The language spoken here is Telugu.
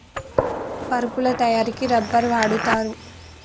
పరుపుల తయారికి రబ్బర్ వాడుతారు